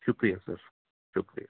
شکریہ سر شکریہ